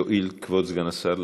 יואיל כבוד סגן השר לעלות,